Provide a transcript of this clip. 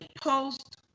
post